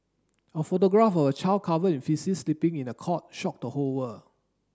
a photograph of a child covered in faeces sleeping in a cot shock the whole world